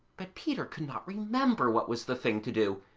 but peter could not remember what was the thing to do,